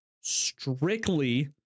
strictly